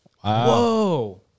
Whoa